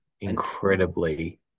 incredibly